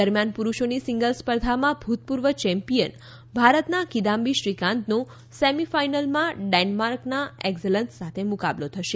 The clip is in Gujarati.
દરમિયાન પુરૂષોની સીંગ્લસ સ્પર્ધામાં ભૂતપૂર્વ ચેમ્પિયન ભારતના કીદામ્બી શ્રીકાંતનો સેમિફાઇનલમાં ડેન્માર્કના એક્ઝેલ્સન સાથે મુકાબલો થશે